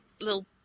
little